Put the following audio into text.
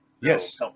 Yes